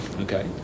Okay